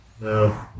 No